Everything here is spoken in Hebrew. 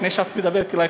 לפני שאת מדברת אלי,